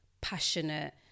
passionate